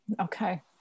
Okay